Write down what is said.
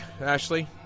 ashley